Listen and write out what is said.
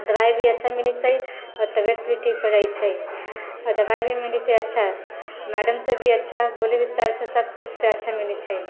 दवाइ भी अच्छा मिलैत छै तबियत भी ठीक भए जाइत छै दवाइ भी मिलैत छै अच्छा मैडम सभ भी अच्छा बोली विचार से सभ किछु से अच्छा मिलैत छै